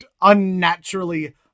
unnaturally